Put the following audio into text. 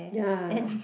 ya